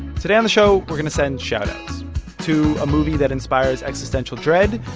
today on the show, we're going to send shoutouts to a movie that inspires existential dread,